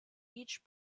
each